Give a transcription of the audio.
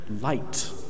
light